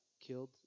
killed